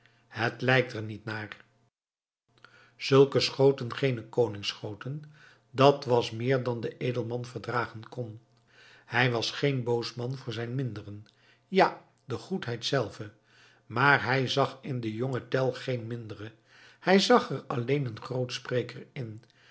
het lijkt er niet naar zulke schoten geene koningsschoten dat was meer dan de edelman verdragen kon hij was geen boos man voor zijne minderen ja de goedheid zelve maar hij zag in den jongen tell geen mindere hij zag er alleen een grootspreker in